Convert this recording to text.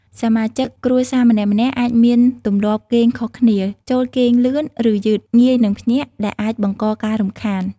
សមាជិកគ្រួសារម្នាក់ៗអាចមានទម្លាប់គេងខុសគ្នា ចូលគេងលឿន ឬយឺត ងាយនឹងភ្ញាក់ ដែលអាចបង្កការរំខាន។